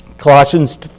Colossians